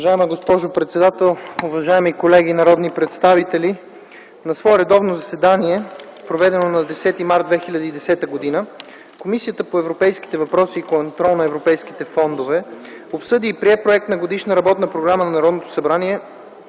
Уважаема госпожо председател, уважаеми колеги народни представители! „На свое редовно заседание, проведено на 10 март 2010 г., Комисията по европейските въпроси и контрол на европейските фондове обсъди и прие проект на Годишна работна програма на Народното събрание